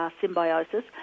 symbiosis